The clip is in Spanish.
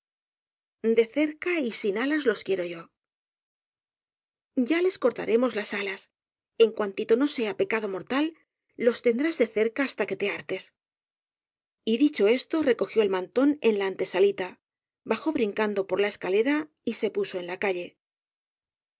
de cerca y sin alas los quiero yo ya les cortaremos las alas en cuantito no sea pecado mortal los tendrás de cerca hasta que te hartes y dicho esto recogió el mantón en la antesalita bajó brincando por la escalera y se puso en la calle